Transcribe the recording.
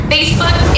Facebook